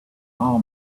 our